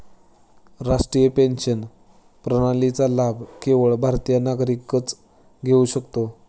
राष्ट्रीय पेन्शन प्रणालीचा लाभ केवळ भारतीय नागरिकच घेऊ शकतो